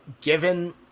given